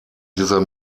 dieser